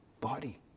body